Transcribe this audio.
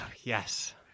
yes